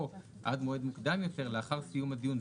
או עד מועד מוקדם יותר לאחר סיום הדיון,